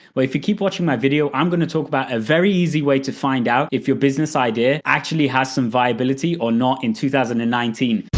if you keep watching my video, i'm gonna talk about a very easy way to find out if your business idea actually has some viability or not in two thousand and nineteen.